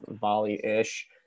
volley-ish